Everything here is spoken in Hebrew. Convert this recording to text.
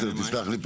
תסלח לי,